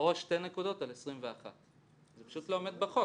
או שתי נקודות על 21. זה פשוט לא עומד בחוק.